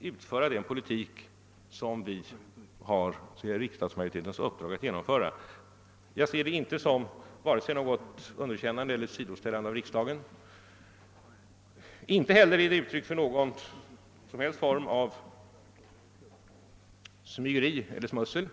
skall kunna driva den politik som vi har riksdagsmajoritetens uppdrag att genomföra. Jag ser det inte som vare sig något underkännande eller något sidoställande av riksdagen. Inte heller är det uttryck för någon form av smygeri eller smussel.